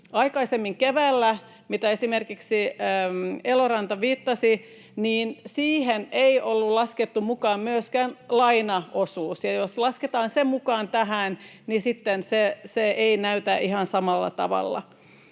aikaisemmin keväällä ja mihin esimerkiksi Eloranta viittasi. Siihen ei ollut laskettu mukaan myöskään lainaosuutta. Ja jos lasketaan se mukaan tähän, niin sitten se ei näytä ihan samalla tavalla.